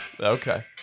Okay